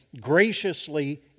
graciously